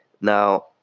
Now